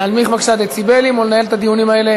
להנמיך בבקשה דציבלים ולנהל את הדיונים האלה